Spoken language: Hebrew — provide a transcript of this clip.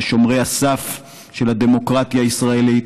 בשומרי הסף של הדמוקרטיה הישראלית,